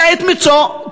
מצוא,